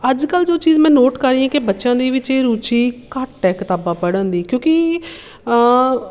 ਅੱਜ ਕੱਲ੍ਹ ਜੋ ਚੀਜ਼ ਮੈਂ ਨੋਟ ਕਰ ਰਹੀ ਹਾਂ ਕਿ ਬੱਚਿਆਂ ਦੇ ਵਿੱਚ ਇਹ ਰੁਚੀ ਘੱਟ ਹੈ ਕਿਤਾਬਾਂ ਪੜ੍ਹਨ ਦੀ ਕਿਉਂਕਿ